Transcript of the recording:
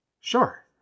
Sure